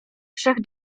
trzech